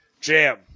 Jam